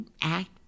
act